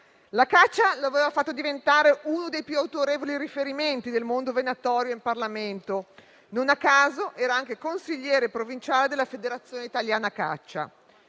La caccia lo aveva fatto diventare uno dei più autorevoli riferimenti del mondo venatorio in Parlamento; non a caso, era anche consigliere provinciale della Federazione italiana caccia.